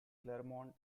clermont